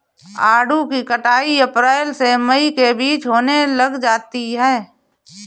आड़ू की कटाई अप्रैल से मई के बीच होने लग जाती है